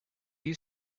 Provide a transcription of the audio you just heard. you